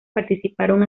participaron